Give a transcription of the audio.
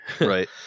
Right